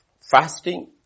fasting